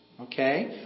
okay